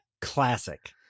Classic